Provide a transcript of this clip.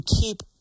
keep